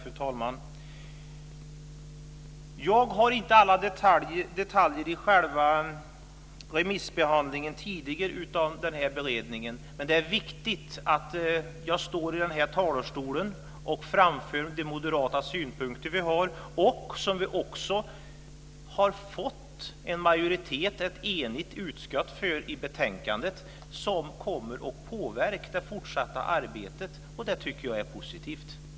Fru talman! Jag har inte alla detaljer när det gäller själva remissbehandlingen tidigare av den här beredningen. Men det är viktigt att jag står i den här talarstolen och framför de moderata synpunkterna som vi också har fått en majoritet, ett enigt utskott, för i betänkandet som kommer att påverka det fortsatta arbetet. Och det tycker jag är positivt.